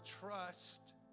trust